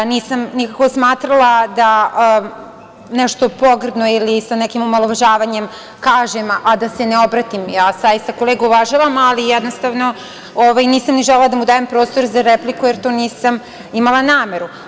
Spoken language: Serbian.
Nisam nikako smatrala da nešto pogrdno ili sa nekim omalovažavanjem kažem, a da se ne obratim, ja zaista kolegu uvažavam, ali, jednostavno, nisam ni želela da mu dajem prostora za repliku jer to nisam imala nameru.